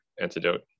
antidote